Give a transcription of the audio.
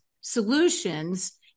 solutions